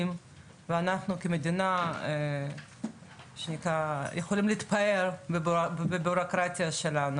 ואנחנו כמדינה יכולים להתפאר בבירוקרטיה שלנו,